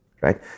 right